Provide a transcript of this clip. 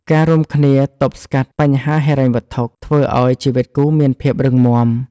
ការរួមគ្នាទប់ស្កាត់បញ្ហាហិរញ្ញវត្ថុធ្វើឱ្យជីវិតគូរមានភាពរឹងមាំ។